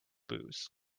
booze